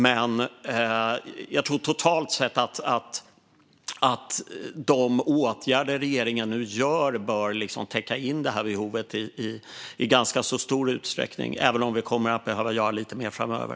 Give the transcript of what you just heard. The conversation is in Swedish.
Men jag tror att de åtgärder som regeringen nu vidtar totalt sett bör täcka behovet i ganska stor utsträckning - även om vi kommer att behöva göra lite mer framöver.